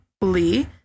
Lee